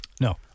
No